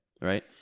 right